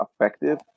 effective